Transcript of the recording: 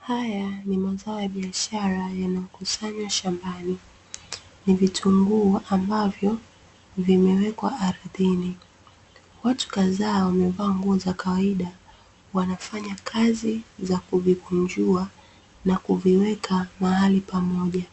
Haya ni mazao ya biashara yanakusanywa shambani. Ni vitunguu ambavyo vimewekwa ardhini. Watu kadhaa wamevaa nguo za kawaida, wanafanya kazi za kuvikunjua na kuviweka mahali pamoja.